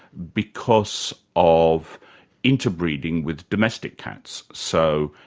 because of interbreeding with domestic cats. so,